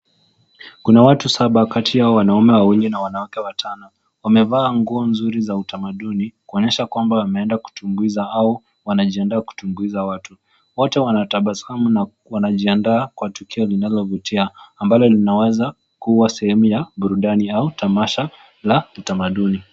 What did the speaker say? Kuna watu saba kati yao wanaume wawili na wanawake watano, wamevaa nguo nzuri za utamaduni, kuonyesha kwamba wameenda kutumbuiza au wanajiandaa kutumbuiza watu. Wote wanatabasamu na wanajiandaa kwa tukio linalovutia, ambalo linaweza kuwa sehemu ya burudani au tamasha la utamaduni.